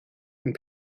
and